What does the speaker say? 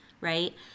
right